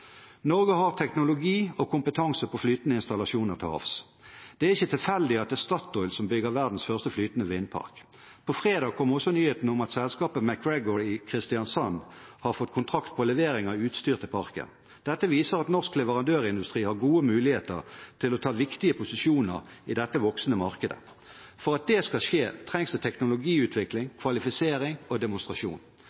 Norge har teknologi og kompetanse på flytende installasjoner til havs. Det er ikke tilfeldig at det er Statoil som bygger verdens første flytende vindpark. På fredag kom også nyheten om at selskapet MacGregor i Kristiansand har fått kontrakt på levering av utstyr til parken. Dette viser at norsk leverandørindustri har gode muligheter til å ta viktige posisjoner i dette voksende markedet. For at det skal skje, trengs det teknologiutvikling, kvalifisering og demonstrasjon.